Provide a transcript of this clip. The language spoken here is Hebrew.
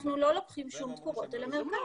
אנחנו לא לוקחים שום תקורות על המרכז.